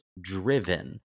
driven